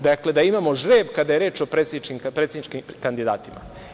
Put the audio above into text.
Dakle, da imamo žreb kada je reč o predsedničkim kandidatima.